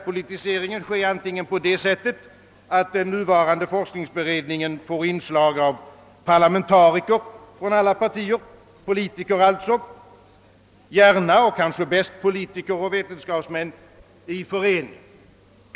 Politiseringen kan ske så, att den nuvarande forskningsberedningen får inslag av parlamentariker från alla partier, som kanske helst är politiker och vetenskapsmän i förening.